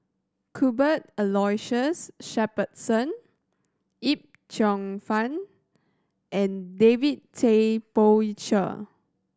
Cuthbert Aloysius Shepherdson Yip Cheong Fun and David Tay Poey Cher